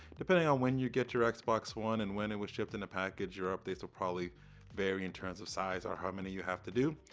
depending on when you get your xbox one and when it was shipped in the package, your updates will probably vary in terms of size or how many you have to do.